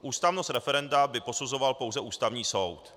Ústavnost referenda by posuzoval pouze Ústavní soud.